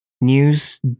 news